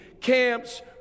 camps